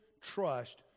trust